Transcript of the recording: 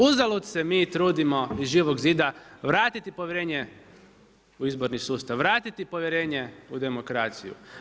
Uzalud se mi trudimo iz Živog zida vratiti povjerenje u izborni sustav, vratiti povjerenje u demokraciju.